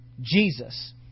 Jesus